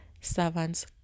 servants